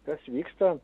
kas vyksta